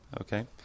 Okay